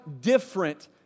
different